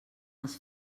els